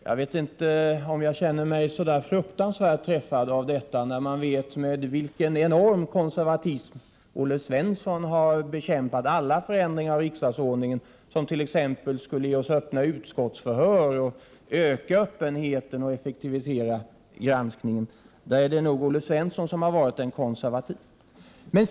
Jag vet inte om jag skall känna mig så särskilt träffad av detta, eftersom jag vet med vilken enorm konservatism Olle Svensson har bekämpat alla förslag om förändringar i riksdagsordningen, sådana som t.ex. skulle ge oss öppna utskottsförhör, öka öppenheten och effektivisera granskningen. Där är det nog Olle Svensson som har varit den konservative.